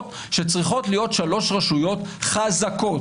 שבה צריכות להיות שלוש רשויות חזקות.